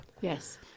Yes